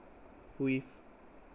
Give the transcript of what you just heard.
we've